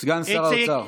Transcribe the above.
סגן שר האוצר.